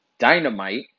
Dynamite